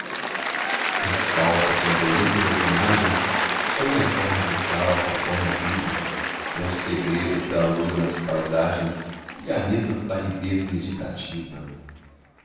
a dolência das imagens sem a forma vital a forma viva com os segredos da lua nas paisagens e a mesma palidez meditativa